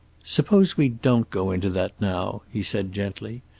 suppose we don't go into that now, he said gently.